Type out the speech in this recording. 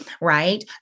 right